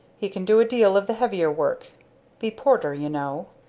he can do a deal of the heavier work be porter you know.